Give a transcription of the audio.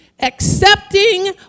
accepting